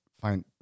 find